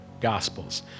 Gospels